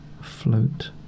float